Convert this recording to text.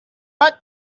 but